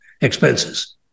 expenses